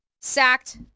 sacked